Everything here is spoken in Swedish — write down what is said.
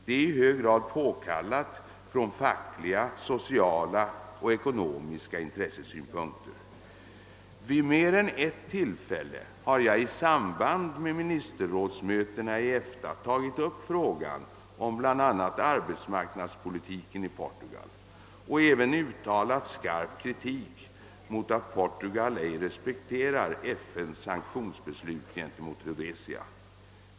Det är i hög grad påkallat från fackliga, sociala och ekonomiska intressesynpunkter. Vid mer än ett tillfälle har jag i samband med ministerrådsmötena i EFTA tagit upp frågan om bl.a. arbetsmarknadspolitiken i Portugal och även uttalat skarp kritik mot att Portugal ej respekterar FN:s sanktionsbeslut gentemot Rhodesia.